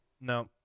No